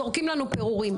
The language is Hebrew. זורקים לנו פירורים,